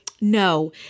no